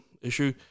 issue